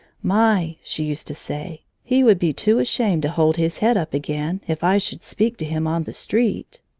my, she used to say, he would be too ashamed to hold his head up again, if i should speak to him on the street.